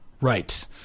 Right